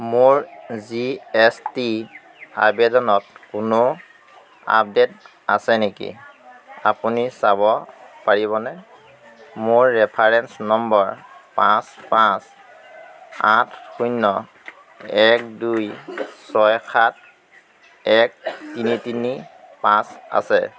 মোৰ G S T আৱেদনত কোনো আপডেট আছে নেকি আপুনি চাব পাৰিবনে মোৰ ৰেফাৰেন্স নম্বৰ পাঁচ পাঁচ আঠ শূন্য এক দুই ছয় সাত এক তিনি তিনি পাঁচ আছে